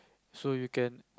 so you can